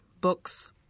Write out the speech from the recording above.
books